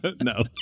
No